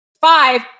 five